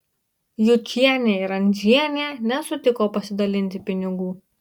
jučienė ir andžienė nesutiko pasidalinti pinigų